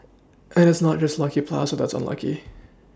and it's not just lucky Plaza that's unlucky